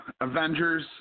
Avengers